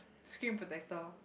screen protector